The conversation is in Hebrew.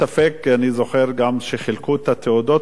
אני זוכר גם כשחילקו את התעודות האלה,